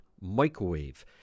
microwave